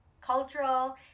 cultural